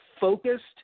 focused